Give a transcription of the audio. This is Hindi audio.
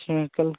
अच्छा कल